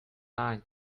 night